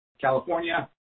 California